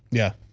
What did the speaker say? yeah.